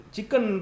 Chicken